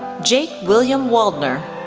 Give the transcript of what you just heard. jake william waldner,